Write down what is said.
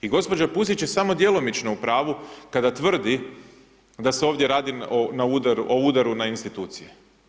I gđa. Pusić je samo djelomično u pravu kada tvrdi da se ovdje radi o udaru na institucije.